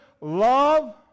love